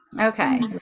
Okay